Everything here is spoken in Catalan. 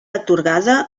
atorgada